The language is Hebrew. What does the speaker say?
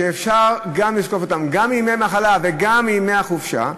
שאפשר לזקוף אותם גם מימי מחלה וגם מימי החופשה,